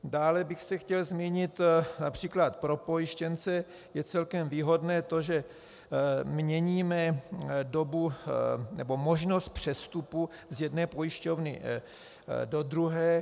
Dále bych se chtěl zmínit například pro pojištěnce je celkem výhodné to, že měníme možnost přestupu z jedné pojišťovny do druhé.